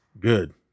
Good